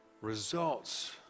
results